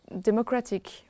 democratic